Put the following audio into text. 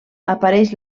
apareix